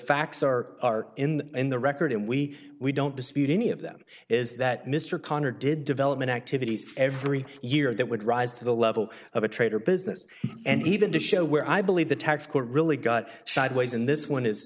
facts are in in the record and we we don't dispute any of them is that mr connor did development activities every year that would rise to the level of a trade or business and even to show where i believe the tax court really got shot ways in this one is